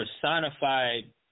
personified